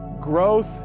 growth